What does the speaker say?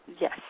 Yes